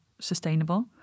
sustainable